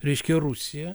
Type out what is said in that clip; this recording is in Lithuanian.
reiškia rusiją